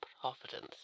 providence